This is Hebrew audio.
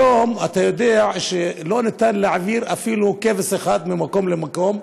היום אתה יודע שאין אפשרות להעביר אפילו כבש אחד ממקום למקום?